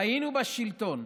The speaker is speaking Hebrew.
היינו בשלטון,